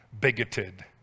Bigoted